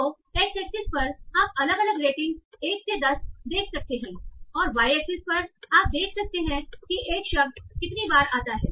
तो X axis पर आप अलग अलग रेटिंग 1 से 10 देख सकते हैं और वाई एक्सिस परआप देख सकते हैं कि एक शब्द कितनी बार आता है